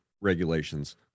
regulations